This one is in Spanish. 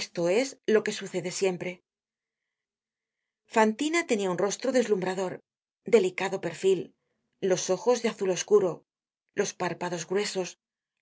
esto es lo que sucede siempre fantina tenia un rostro deslumbrador delicado perfil los ojos de azul oscuro los párpados gruesos